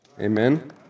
Amen